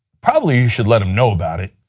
probably you should let them know about it,